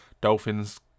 Dolphins